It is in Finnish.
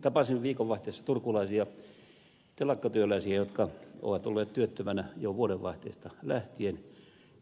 tapasin viikonvaihteessa turkulaisia telakkatyöläisiä jotka ovat olleet työttöminä jo vuodenvaihteesta lähtien